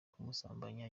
kumusambanya